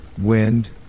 wind